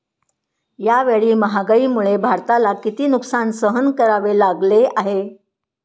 यावेळी महागाईमुळे भारताला किती नुकसान सहन करावे लागले आहे?